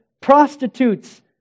prostitutes